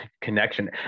connection